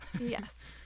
Yes